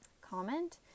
comment